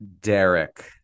Derek